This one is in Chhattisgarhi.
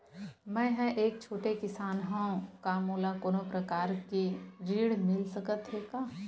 मै ह एक छोटे किसान हंव का मोला कोनो प्रकार के ऋण मिल सकत हे का?